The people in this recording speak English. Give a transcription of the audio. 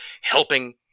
helping